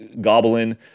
Goblin